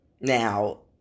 Now